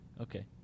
Okay